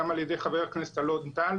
גם על ידי חבר הכנסת אלון טל,